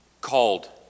Called